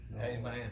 Amen